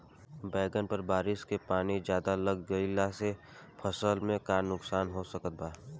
बैंगन पर बारिश के पानी ज्यादा लग गईला से फसल में का नुकसान हो सकत बा?